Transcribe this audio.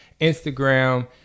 instagram